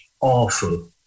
awful